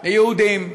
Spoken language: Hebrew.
יהודים,